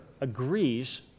agrees